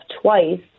twice